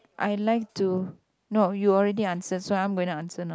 I like to no you already answer so I'm going to answer now